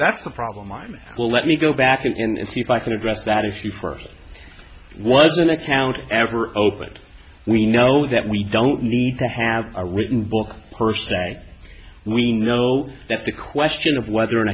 that's the problem i'm well let me go back and see if i can address that if you first was an account ever open we know that we don't need to have a written book per se we know that the question of whether an